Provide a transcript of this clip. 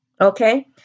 Okay